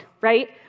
right